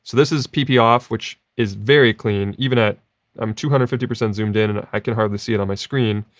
this is pp off, which is very clean. even at um two hundred and fifty percent zoomed in, and ah i can hardly see it on my screen.